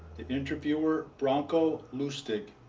the interviewer, branko lustig.